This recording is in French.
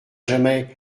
jamais